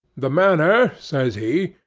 the manner, says he,